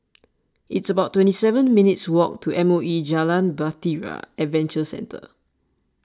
it's about twenty seven minutes' walk to M O E Jalan Bahtera Adventure Centre